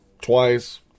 twice